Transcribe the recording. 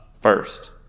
first